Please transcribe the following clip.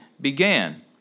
began